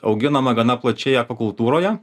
auginama gana plačiai akvakultūroje